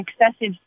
excessive